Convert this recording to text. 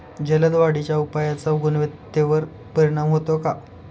जलद वाढीच्या उपायाचा गुणवत्तेवर परिणाम होतो का?